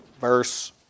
verse